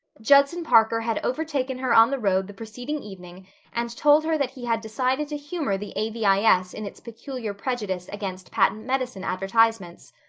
judson parker had overtaken her on the road the preceding evening and told her that he had decided to humor the a v i s. in its peculiar prejudice against patent medicine advertisements.